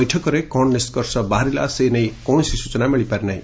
ବୈଠକରେ କଣ ନିଷ୍କର୍ଷ ବାହାରିଲା ସେ ନେଇ କୌଣସି ସ୍ଚନା ମିଳିପାରିନାହି